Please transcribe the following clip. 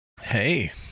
Hey